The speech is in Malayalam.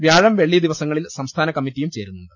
വ്യാഴം വെള്ളി ദിവസങ്ങളിൽ സംസ്ഥാന കമ്മറ്റിയും ചേരുന്നുണ്ട്